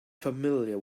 familiar